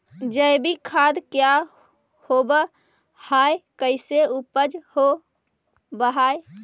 जैविक खाद क्या होब हाय कैसे उपज हो ब्हाय?